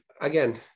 again